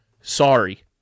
Sorry